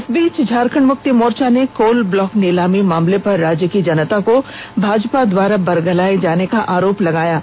इस बीच झारखण्ड मुक्ति मोर्चा ने कोल ब्लॉक नीलामी मामले पर राज्य की जनता को भाजपा द्वारा बरगलाये जाने का आरोप लगाया है